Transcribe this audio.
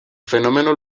fenómeno